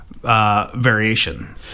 variation